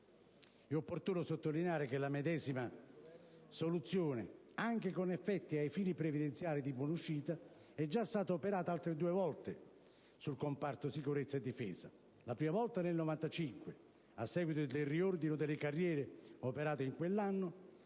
È opportuno sottolineare che la medesima soluzione, anche con effetti ai fini previdenziali di buonuscita, è già stata operata altre due volte sul comparto Sicurezza e Difesa: la prima volta nel 1995, a seguito del riordino delle carriere operato in quell'anno;